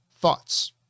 thoughts